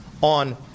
on